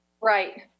Right